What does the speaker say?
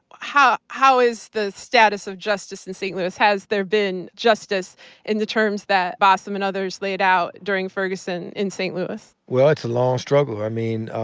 how how is the status of justice in st. louis? has there been justice in the terms that bassem and others laid out during ferguson and st. louis? well, it's a long struggle. i mean,